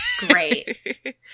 great